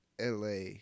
LA